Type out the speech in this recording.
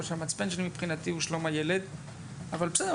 שהמצפן שלי מבחינתי הוא שלום הילד אבל בסדר,